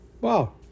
wow